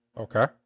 Okay